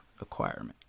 acquirement